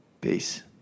Peace